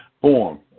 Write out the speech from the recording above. form